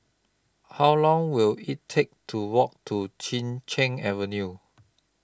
How Long Will IT Take to Walk to Chin Cheng Avenue